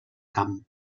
camp